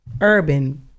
Urban